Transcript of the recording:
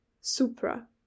Supra